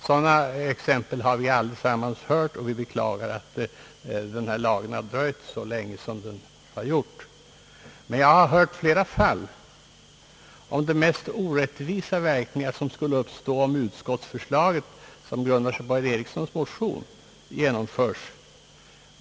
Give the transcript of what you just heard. Sådana exempel har vi alla hört, och jag beklagar att denna lag har dröjt så länge. Men jag har också fått känne dom om flera fall där de mest orättvisa verkningar skulle uppstå om man genomförde utskottsförslaget i vad det grundar sig på herr Erikssons motion.